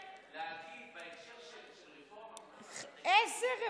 להגיד בהקשר של רפורמה, איזו רפורמה?